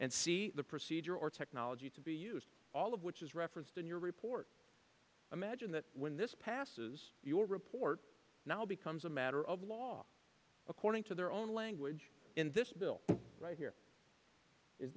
and see the procedure or technology to be used all of which is referenced in your report imagine that when this passes your report now becomes a matter of law according to their own language in this bill right here